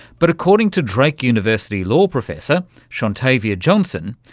but according to drake university law professor shontavia johnson,